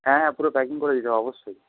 হ্যাঁ হ্যাঁ পুরো প্যাকিং করে দিতে হবে অবশ্যই